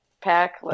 pack